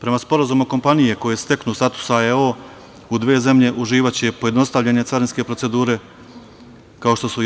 Prema sporazumu, kompanije koje steknu status AEO u dve zemlje uživaće pojednostavljenje carinske procedure, kao što su